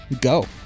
Go